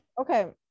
Okay